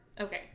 Okay